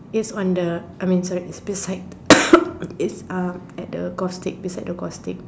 is on the I mean sorry is beside it's uh at the golf stick beside the golf stick